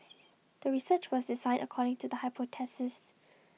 the research was designed according to the hypothesis